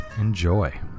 Enjoy